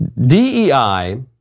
DEI